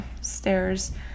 stairs